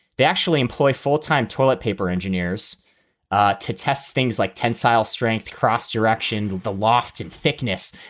they actually employ full time toilet paper engineers to test things like tensile strength, cross direction, the loft in thickness,